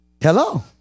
Hello